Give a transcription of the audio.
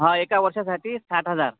हां एका वर्षासाठी साठ हजार